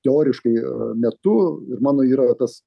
teoriškai metu ir mano yra tas